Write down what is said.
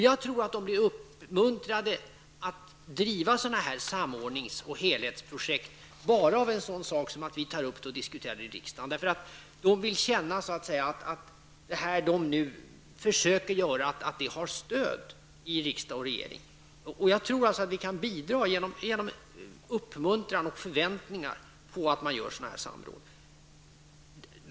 Jag tror att de blir uppmuntrade att driva sådana här samordnings och helhetsprojekt bara av en sådan sak att vi tar upp frågan och diskuterar den i riksdagen. De vill så att säga känna att det de nu försöker göra har stöd i riksdag och regering. Jag tror alltså att vi kan bidra genom uppmuntran till samråd.